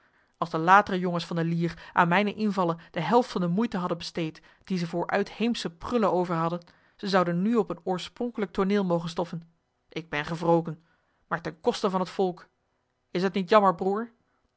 als de latere jongens van de lier aan mijne invallen de helft van de moeite hadden besteed die ze voor uitheemsche prullen over hadden ze zouden nu op een oorspronkelijk tooneel mogen stoffen ik ben gewroken maar ten koste van het volk is het niet jammer broer